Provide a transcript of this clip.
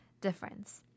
difference